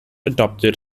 adopted